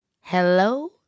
hello